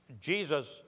Jesus